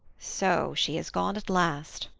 so she has gone at last,